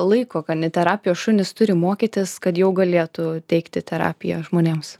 laiko kaniterapijos šunys turi mokytis kad jau galėtų teikti terapiją žmonėms